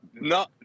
No